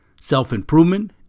self-improvement